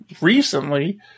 recently